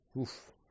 Oof